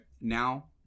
now